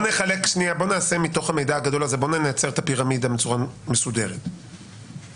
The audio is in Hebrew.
בוא נייצר את הפירמידה בצורה מסודרת מתוך המידע הגדול הזה.